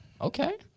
Okay